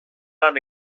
lan